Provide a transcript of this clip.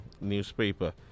newspaper